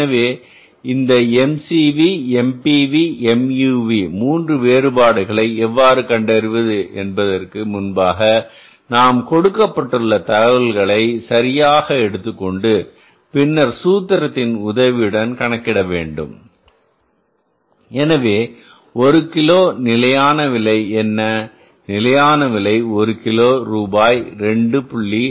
எனவே இந்த MCV MPV MUV மூன்று வேறுபாடுகளை எவ்வாறு கண்டறிவது என்பதற்கு முன்பாக நாம் கொடுக்கப்பட்டுள்ள தகவல்களை சரியாக எடுத்துக்கொண்டு பின்னர் சூத்திரத்தின் உதவியுடன் கணக்கிட வேண்டும் எனவே ஒரு கிலோ நிலையான விலை என்ன நிலையான விலை ஒரு கிலோ ரூபாய் 2